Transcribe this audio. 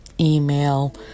email